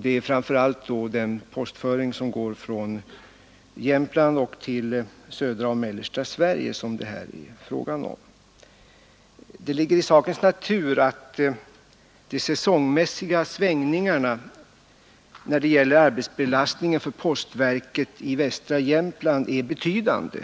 Det är framför allt postföringen från Jämtland till södra och mellersta Sverige som det här är fråga om. Det ligger i sakens natur att de säsongmässiga svängningarna i arbetsbelastningen för postverket i västra Jämtland är betydande;